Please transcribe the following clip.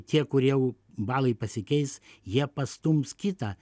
tie kurie jau balai pasikeis jie pastums kitą